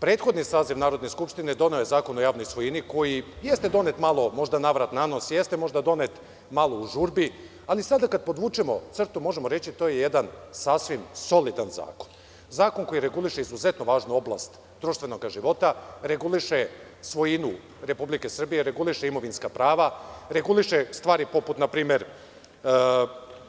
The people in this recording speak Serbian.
Prethodni saziv Narodne skupštine doneo je Zakon o javnoj svojini koji, jeste donet, možda malo navrat nanos, možda donet malo u žurbi, ali sada kad podvučemo crtu, možemo reći to je jedan sasvim solidan zakon, zakon koji reguliše izuzetno važnu oblast društvenog života, reguliše svojinu Republike Srbije, reguliše imovinska prava, reguliše stvari, poput npr.